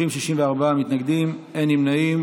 מתנגדים, אין נמנעים.